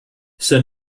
sir